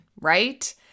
right